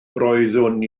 roeddwn